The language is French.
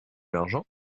l’argent